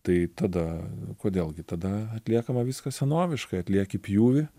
tai tada kodėl gi tada atliekama viskas senoviškai atlieki pjūvį